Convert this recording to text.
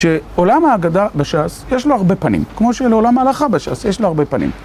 שעולם ההגדה בש"ס יש לו הרבה פנים, כמו שלעולם ההלכה בש"ס יש לו הרבה פנים.